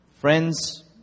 friends